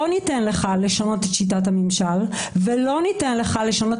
לא ניתן לך לשנות את שיטת הממשל ולא ניתן לך לשנות